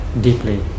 deeply